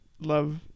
love